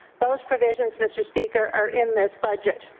those provisions, mr. speaker, are in this budget.